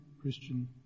Christian